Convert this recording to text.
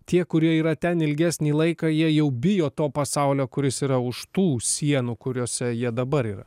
tie kurie yra ten ilgesnį laiką jie jau bijo to pasaulio kuris yra už tų sienų kuriose jie dabar yra